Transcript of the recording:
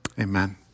amen